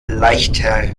leichter